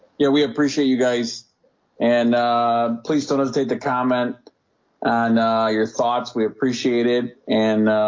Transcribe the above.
yeah we appreciate you guys and please don't hesitate to comment on your thoughts we appreciate it and